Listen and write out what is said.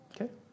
Okay